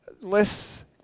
less